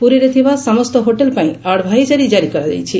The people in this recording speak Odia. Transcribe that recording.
ପୁରୀରେ ଥିବା ସମସ୍ତ ହୋଟେଲ୍ ପାଇଁ ଆଡଭାଇଜରି ଜାରି କରାଯାଇଛି